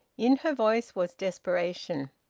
in her voice was desperation.